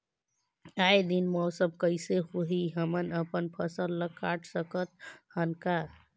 आय दिन मौसम कइसे होही, हमन अपन फसल ल काट सकत हन का?